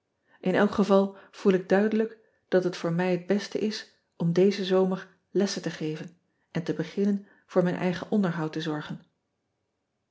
n elk geval voel ik duidelijk dat het voor mij het beste is om dezen zomer lessen te geven en te beginnen voor mijn eigen onderhoud te zorgen